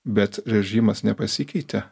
bet režimas nepasikeitė